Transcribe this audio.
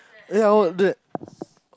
err ya oh the